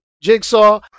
Jigsaw